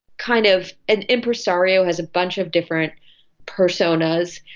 kind of an impresario, has a bunch of different personas,